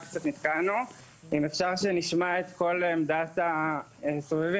אם אפשר שנשמע את עמדת כל הסובבים